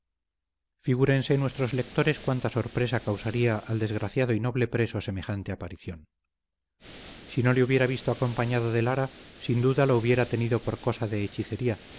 figúrense nuestros lectores cuánta sorpresa causaría al desgraciado y noble preso semejante aparición si no le hubiera visto acompañado de lara sin duda lo hubiera tenido por cosa de hechicería